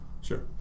Sure